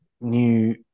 new